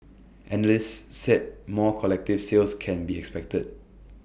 analysts said more collective sales can be expected